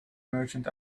merchant